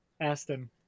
Aston